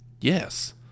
Yes